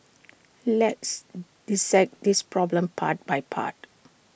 let's dissect this problem part by part